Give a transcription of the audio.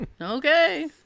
Okay